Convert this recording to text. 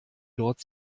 dort